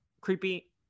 creepy